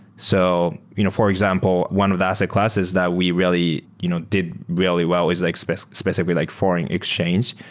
so you know for example, one of the asset classes that we really you know did really well is like specifically specifically like foreign exchange,